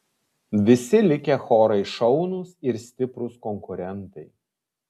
visi likę chorai šaunūs ir stiprūs konkurentai